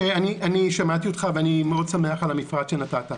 אני שמעתי אותך ואני מאוד שמח על המפרט שנתת.